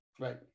Right